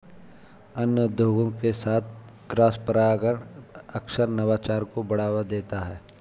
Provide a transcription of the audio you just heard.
अन्य उद्योगों के साथ क्रॉसपरागण अक्सर नवाचार को बढ़ावा देता है